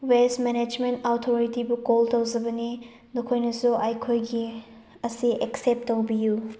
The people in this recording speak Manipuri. ꯋꯦꯁ ꯃꯦꯅꯦꯖꯃꯦꯟ ꯑꯧꯊꯣꯔꯤꯇꯤꯕꯨ ꯀꯣꯜ ꯇꯧꯖꯕꯅꯤ ꯅꯈꯣꯏꯅꯁꯨ ꯑꯩꯈꯣꯏꯒꯤ ꯑꯁꯤ ꯑꯦꯛꯁꯦꯞ ꯇꯧꯕꯤꯌꯨ